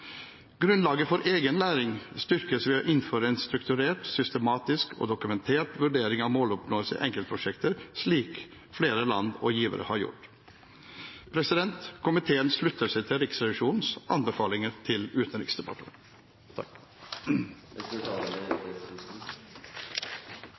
grunnlaget for egen læring styrkes ved å innføre en strukturert, systematisk og dokumentert vurdering av måloppnåelse i enkeltprosjekter, slik flere land og givere har gjort Komiteen slutter seg til Riksrevisjonens anbefalinger til Utenriksdepartementet. Det er få politikkområder som er